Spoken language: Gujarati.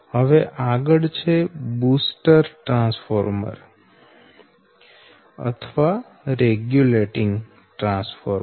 હવે આગળ છે બૂસ્ટર ટ્રાન્સફોર્મર અથવા રેગ્યુલેટીંગ ટ્રાન્સફોર્મર